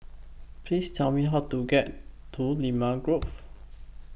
Please Tell Me How to get to Limau Grove